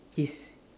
is